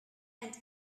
and